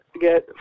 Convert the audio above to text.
get